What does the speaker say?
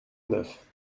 neuf